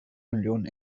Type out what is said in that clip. millionen